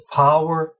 power